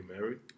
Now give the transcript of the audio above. married